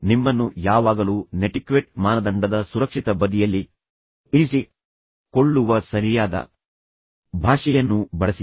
ನಿಮ್ಮನ್ನು ಯಾವಾಗಲೂ ನೆಟಿಕ್ವೆಟ್ ಮಾನದಂಡದ ಸುರಕ್ಷಿತ ಬದಿಯಲ್ಲಿ ಇರಿಸಿ ಕೊಳ್ಳುವ ಸರಿಯಾದ ಭಾಷೆಯನ್ನು ಬಳಸಿ